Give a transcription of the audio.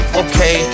okay